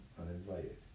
uninvited